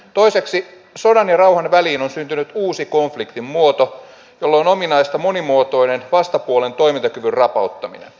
toiseksi sodan ja rauhan väliin on syntynyt uusi konfliktin muoto jolle on ominaista monimuotoinen vastapuolen toimintakyvyn rapauttaminen